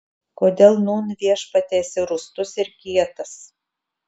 kodėl nūn viešpatie esi rūstus ir kietas